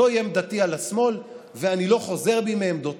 זוהי עמדתי על השמאל, ואני לא חוזר בי מעמדותיי.